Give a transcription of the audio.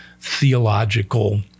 theological